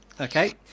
Okay